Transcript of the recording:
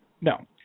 No